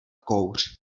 kouř